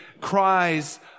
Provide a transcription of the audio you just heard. cries